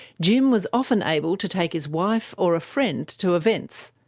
jim was often able to take his wife or a friend to events,